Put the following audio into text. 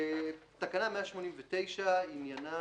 תקנה 189 עניינה